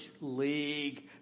league